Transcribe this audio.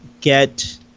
get